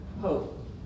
hope